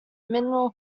mineral